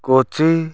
Kochi